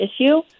issue